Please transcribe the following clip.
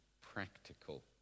practical